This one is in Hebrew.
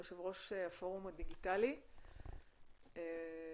יו"ר הפורום הדיגיטלי שלמיטב